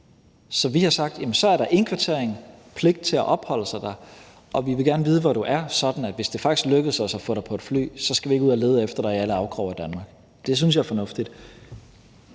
Så vi har sagt, at der er indkvartering og pligt til at opholde sig der, og at vi gerne vil vide, hvor du er, sådan at vi, hvis det faktisk lykkes os at få dig på et fly, så ikke skal ud at lede efter dig i alle afkroge af Danmark. Det synes jeg er fornuftigt.